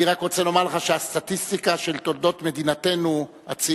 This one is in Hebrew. אני רק רוצה לומר לך שהסטטיסטיקה של תולדות מדינתנו הצעירה,